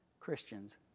Christians